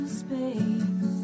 space